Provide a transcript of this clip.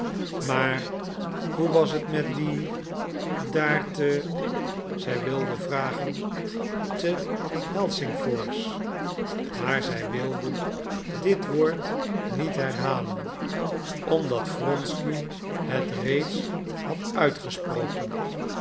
maar hoe was het met die daar te zij wilde vragen te helsingfors maar zij wilde dit woord niet herhalen omdat wronsky het reeds had uitgesproken